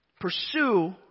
pursue